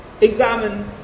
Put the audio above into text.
examine